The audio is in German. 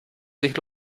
sich